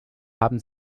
haben